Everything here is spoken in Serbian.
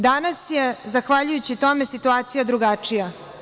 Danas je zahvaljujući tome situacija drugačija.